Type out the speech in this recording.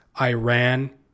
Iran